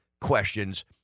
questions